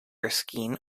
erskine